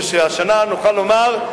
והשנה נוכל לומר,